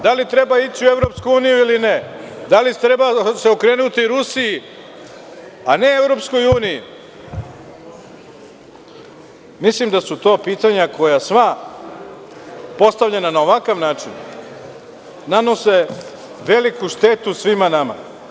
Da li treba ići u EU ili ne, da li se treba okrenuti Rusiji, a ne EU, mislim da su to putanja koja sva postavljena na ovakav način nanose veliku štetu svima nama.